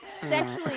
sexually